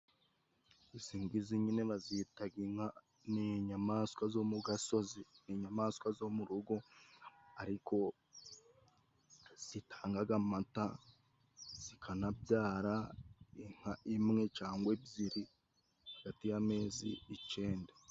Izi ngizi nyine bazitaga inka. Ni inyamaswa zo mu gasozi, inyamaswa zo mu rugo ariko zitangaga amanta, zikanabyara inka imwe cyangwa ebyiri hagati y'amezi icyenda.